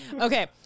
Okay